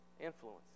influence